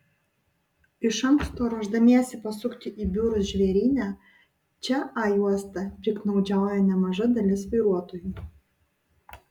iš anksto ruošdamiesi pasukti į biurus žvėryne čia a juosta piktnaudžiauja nemaža dalis vairuotojų